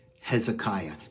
Hezekiah